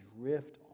drift